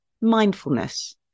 mindfulness